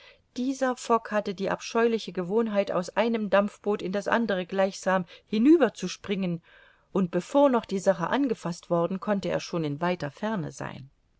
dieser fogg hatte die abscheuliche gewohnheit aus einem dampfboot in das andere gleichsam hinüber zu springen und bevor noch die sache angefaßt worden konnte er schon in weiter ferne sein